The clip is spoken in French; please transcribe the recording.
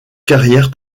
carrière